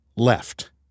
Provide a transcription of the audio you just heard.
left